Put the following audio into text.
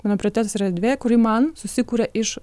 mano prioritetas yra erdvė kuri man susikuria iš